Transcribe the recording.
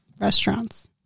restaurants